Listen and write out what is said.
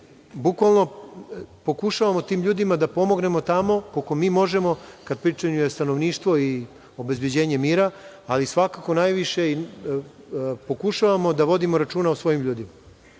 bukvalno pokušavamo tim ljudima da pomognemo tamo, koliko mi možemo, kada je u pitanju stanovništvo i obezbeđenje mira, ali svakako najviše pokušavamo da vodimo računa o svojim ljudima.